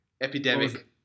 Epidemic